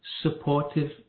supportive